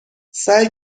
سعی